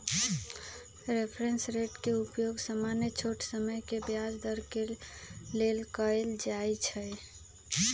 reference rate के उपयोग सामान्य छोट समय के ब्याज दर के लेल कएल जाइ छइ